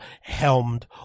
helmed